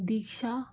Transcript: दीक्षा